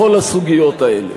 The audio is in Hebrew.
בכל הסוגיות האלה.